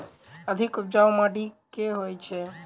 अधिक उपजाउ माटि केँ होइ छै?